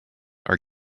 are